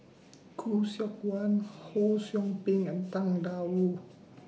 Khoo Seok Wan Ho SOU Ping and Tang DA Wu